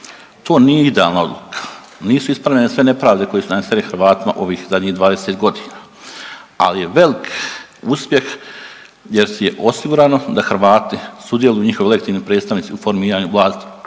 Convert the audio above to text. To nije idealna odluka, nisu ispravljene sve nepravde koje su nanesene Hrvatima ovih zadnjih 20 godina, ali je velik uspjeh jer je osigurano da Hrvati sudjeluju njihovi legitimni predstavnici u formiranju vlasti